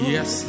Yes